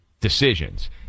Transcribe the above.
decisions